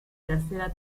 tercera